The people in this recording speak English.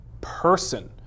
person